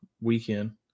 weekend